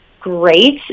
great